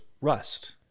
rust